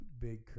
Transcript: big